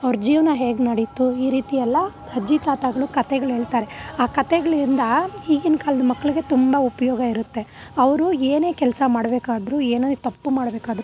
ಅವ್ರ ಜೀವನ ಹೇಗೆ ನಡೀತು ಈ ರೀತಿಯೆಲ್ಲ ಅಜ್ಜಿ ತಾತಗಳು ಕಥೆಗಳೇಳ್ತಾರೆ ಆ ಕಥೆಗಳಿಂದ ಈಗಿನ ಕಾಲ್ದ ಮಕ್ಳಿಗೆ ತುಂಬ ಉಪಯೋಗ ಇರುತ್ತೆ ಅವರು ಏನೇ ಕೆಲ್ಸ ಮಾಡಬೇಕಾದ್ರು ಏನೇ ತಪ್ಪು ಮಾಡಬೇಕಾದ್ರು